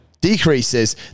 decreases